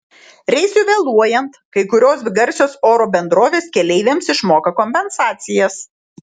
reisui vėluojant kai kurios garsios oro bendrovės keleiviams išmoka kompensacijas